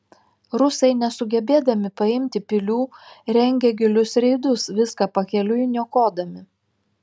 rusai nesugebėdami paimti pilių rengė gilius reidus viską pakeliui niokodami